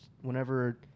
whenever